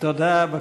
תודה.